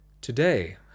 Today